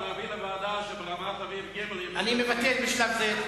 ולהעביר לוועדה שברמת-אביב ג' אני מבטל בשלב זה,